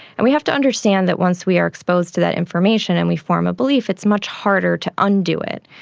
and we have to understand that once we are exposed to that information and we form a belief, it's much harder to undo it.